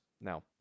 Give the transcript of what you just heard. Now